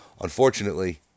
unfortunately